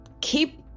keep